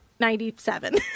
Ninety-seven